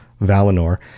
Valinor